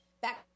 back